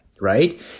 right